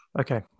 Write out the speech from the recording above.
okay